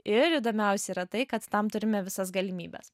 ir įdomiausia yra tai kad tam turime visas galimybes